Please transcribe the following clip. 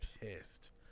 pissed